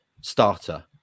starter